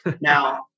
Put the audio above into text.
Now